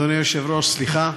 אדוני היושב-ראש, סליחה.